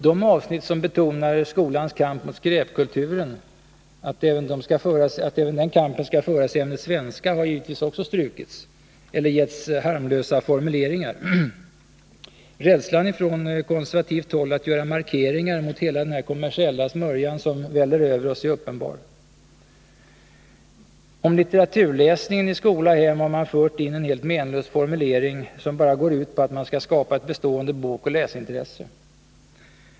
De avsnitt som betonar att skolans kamp mot skräpkulturen skall föras även i ämnet svenska har givetvis också strukits eller getts harmlösa formuleringar. Rädslan från konservativt håll att göra markeringar mot hela den kommersiella smörja som väller över oss är uppenbar. Om litteraturläsningen i skola och hem har man fört in en helt menlös formulering som bara går ut på att man skall skapa ett bestående bokoch läsintresse.